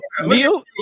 Neil